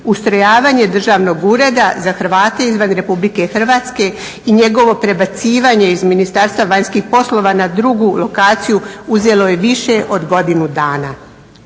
ustrojavanje Državnog ureda za Hrvate izvan RH i njegovo prebacivanje iz Ministarstva vanjskih poslova na drugu lokaciju uzelo je više od godinu dana.